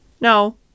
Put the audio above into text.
No